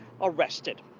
arrested